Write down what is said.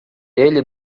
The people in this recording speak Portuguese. ele